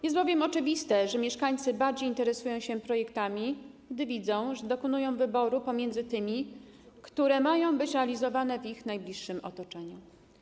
Jest bowiem oczywiste, że mieszkańcy bardziej interesują się projektami, gdy widzą, że dokonują wyboru pomiędzy tymi, które mają być realizowane w ich najbliższym otoczeniu.